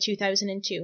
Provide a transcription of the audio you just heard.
2002